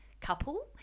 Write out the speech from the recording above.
couple